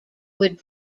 would